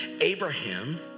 Abraham